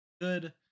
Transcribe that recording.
good